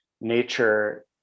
nature